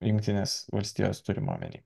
jungtinės valstijos turima omeny